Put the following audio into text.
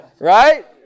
Right